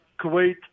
Kuwait